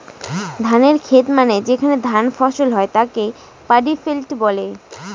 ধানের খেত মানে যেখানে ধান ফসল হয় তাকে পাডি ফিল্ড বলে